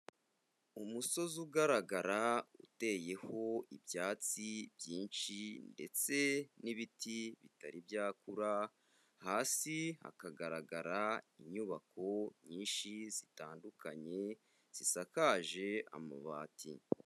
Umusozi ugaragara uteyeho ibyatsi byinshi ndetse n'ibiti bitari byakura, hasi hakagaragara inyubako nyinshi zitandukanye zisakaje amabati.